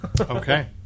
Okay